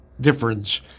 difference